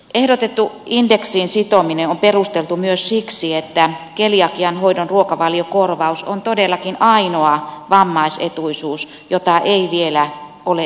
ehdotettu indeksiin sitominen on perusteltua myös siksi että keliakian hoidon ruokavaliokorvaus on todellakin ainoa vammaisetuisuus jota ei vielä tähän mennessä ole indeksiin sidottu